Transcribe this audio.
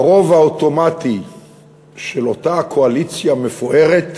הרוב האוטומטי של אותה קואליציה מפוארת